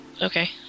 Okay